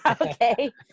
Okay